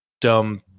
dumb